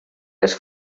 les